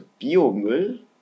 Biomüll